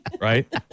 Right